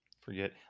forget